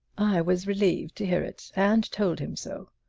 i was relieved to hear it and told him so.